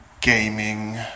Gaming